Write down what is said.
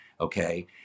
okay